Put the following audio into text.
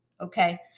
okay